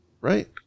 Right